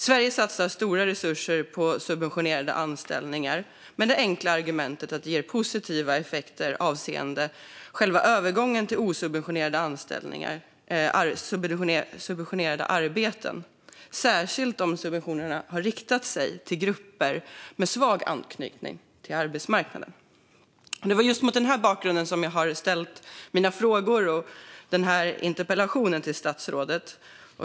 Sverige satsar stora resurser på subventionerade anställningar med det enkla argumentet att det ger positiva effekter avseende själva övergången till osubventionerade arbeten, särskilt om subventionerna har riktat sig till grupper med svag anknytning till arbetsmarknaden. Det är just mot den bakgrunden som jag har ställt mina frågor och denna interpellation till statsrådet.